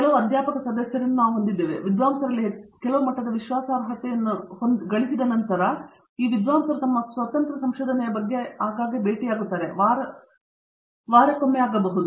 ಕೆಲವು ಅಧ್ಯಾಪಕ ಸದಸ್ಯರನ್ನು ನಾವು ಹೊಂದಿದ್ದೇವೆ ವಿದ್ವಾಂಸರಲ್ಲಿ ಕೆಲವು ಮಟ್ಟದ ವಿಶ್ವಾಸಾರ್ಹತೆಯನ್ನು ಗಳಿಸಿದ ನಂತರ ಈ ವಿದ್ವಾಂಸರು ತಮ್ಮ ಸ್ವತಂತ್ರ ಸಂಶೋಧನೆಯ ಬಗ್ಗೆ ಆಗಾಗ್ಗೆ ಭೇಟಿಯಾಗುತ್ತಾರೆ ವಾರಗಳಿಗಿಂತ ಕಡಿಮೆ ಎಂದು ಸೂಚಿಸಬಹುದು